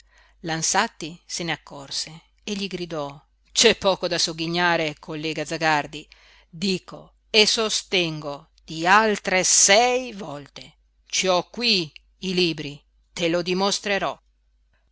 l'ansatti se ne accorse e gli gridò c'è poco da sogghignare collega zagardi dico e sostengo di altre sei volte ci ho qui i libri te lo dimostrerò